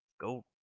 go